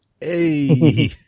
Hey